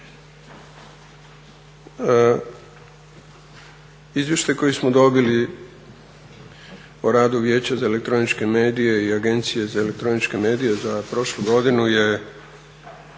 Izvještaj koji smo dobili o radu Vijeća za elektroničke medije i Agencije za elektroničke medije za prošlu godinu je